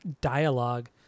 dialogue